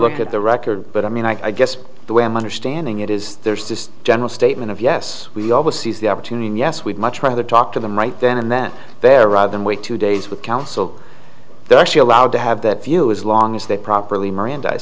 look at the record but i mean i guess the way i'm understanding it is there's just a general statement of yes we all will seize the opportunity yes we'd much rather talk to them right then and then there rather than wait two days with counsel they're actually allowed to have that view as long as they properly mirand